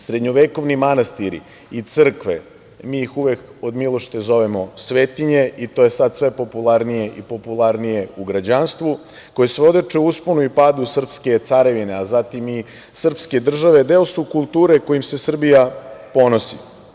Srednjovekovni manastiri i crkve, mi ih uvek od milošte zovemo svetinje i to je sad sve popularnije i popularnije u građanstvu, koje svedoče usponu i padu srpske carevine, a zatim i srpske države deo su kulture kojom se Srbija ponosi.